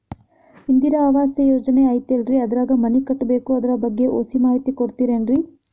ಇಂದಿರಾ ಆವಾಸ ಯೋಜನೆ ಐತೇಲ್ರಿ ಅದ್ರಾಗ ಮನಿ ಕಟ್ಬೇಕು ಅದರ ಬಗ್ಗೆ ಒಸಿ ಮಾಹಿತಿ ಕೊಡ್ತೇರೆನ್ರಿ?